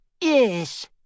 Yes